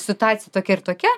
situacija tokia ir tokia